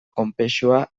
konplexua